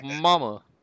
mama